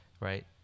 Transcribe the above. right